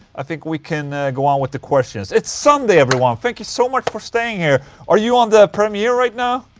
i think we can go on with the questions it's sunday everyone, thank you so much for staying here are you on the yeah right now?